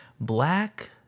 black